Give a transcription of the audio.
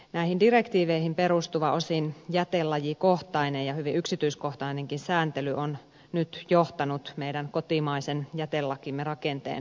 näihin direktiiveihin perustuva osin jätelajikohtainen ja hyvin yksityiskohtainenkin sääntely on nyt johtanut meidän kotimaisen jätelakimme rakenteen pirstoutumiseen